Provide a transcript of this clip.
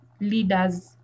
leaders